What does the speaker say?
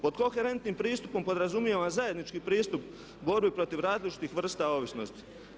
Pod koherentnim pristupom podrazumijeva zajednički pristup borbe protiv različitih vrsta ovisnosti.